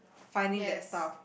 finding that stuff